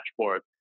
dashboard